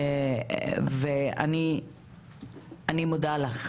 ואני מודה לך.